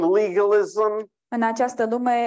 legalism